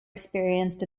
experienced